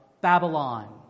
Babylon